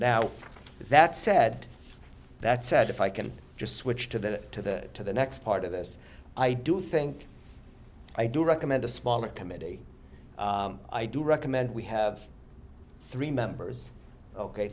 now that said that said if i can just switch to that to the to the next part of this i do think i do recommend a smaller committee i do recommend we have three members ok